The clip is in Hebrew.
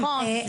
זה נכון.